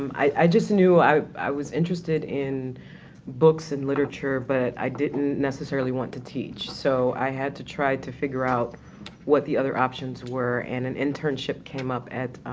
um i i just knew i i was interested in books and literature, but i didn't necessarily want to teach, so i had to try to figure out what the other options were, and an internship came up at,